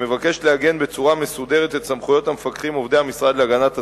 מבקשת לעגן בצורה מסודרת את סמכויות המפקחים עובדי המשרד להגנת הסביבה,